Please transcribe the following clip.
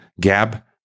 Gab